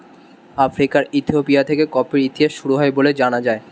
আফ্রিকার ইথিওপিয়া থেকে কফির ইতিহাস শুরু হয় বলে জানা যায়